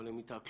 אבל הם התעקשו.